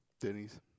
Denny's